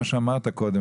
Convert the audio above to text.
לגבי מה שאמרת קודם,